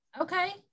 Okay